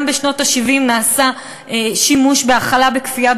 גם בשנות ה-70 נעשה שימוש בהאכלה בכפייה,